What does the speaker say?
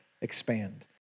expand